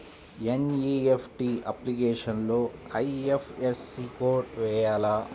NEFT అప్లికేషన్లో IFSC code వేయాలా?